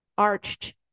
arched